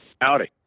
Howdy